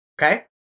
Okay